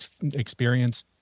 experience